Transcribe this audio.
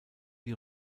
die